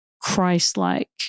Christ-like